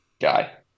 Guy